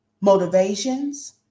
motivations